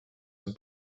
and